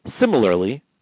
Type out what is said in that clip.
Similarly